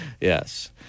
yes